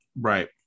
Right